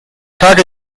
thought